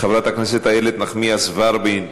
חברת הכנסת איילת נחמיאס ורבין,